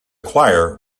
choir